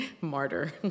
martyr